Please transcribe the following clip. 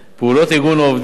פעילות ארגון העובדים,